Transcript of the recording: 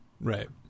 right